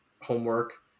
homework